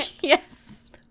Yes